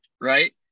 right